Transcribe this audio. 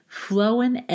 flowing